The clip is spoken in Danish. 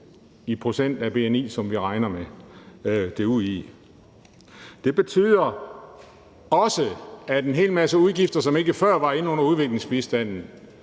i procent af bni, som er det, vi beregner det ud fra. Det betyder også, at en hel masse udgifter, som ikke før var inde under udviklingsbistanden,